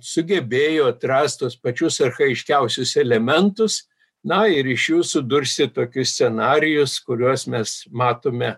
sugebėjo atrastus pačius archajiškiausius elementus na ir iš jų sudursi tokius scenarijus kuriuos mes matome